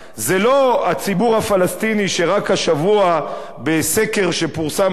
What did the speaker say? זה לא הציבור הפלסטיני שרק השבוע בסקר שפורסם בעיתון